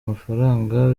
mafaranga